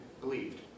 believed